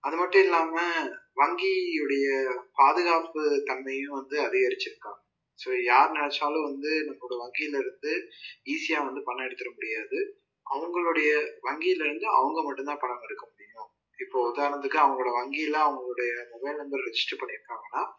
அது மட்டும் இல்லாமல் வங்கியுடைய பாதுகாப்பு தன்மையும் வந்து அதிகரித்திருக்காங்க ஸோ யார் நினைச்சாலும் வந்து நம்மளுடைய வங்கியில் இருந்து ஈஸியாக வந்து பணம் எடுத்துட முடியாது அவங்களோடைய வங்கியில் இருந்து அவங்க மட்டும் தான் பணம் எடுக்க முடியும் இப்போது உதாரணத்துக்கு அவங்களோடைய வங்கியில் அவங்களோடைய மொபைல் நம்பர் ரெஜிஸ்டர் பண்ணியிருக்காங்கன்னா